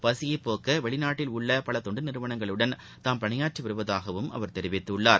பசியைப் போக்கவெளிநாட்டில் உள்ளபலதொண்டுநிறுவனங்களுடன் தாம் பணியாற்றிவருவதாகவும் அவர் தெரிவித்துள்ளார்